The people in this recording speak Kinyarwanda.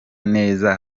neza